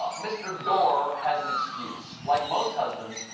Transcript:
ah mister dore has an excuse. like most husbands,